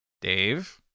Dave